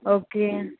okay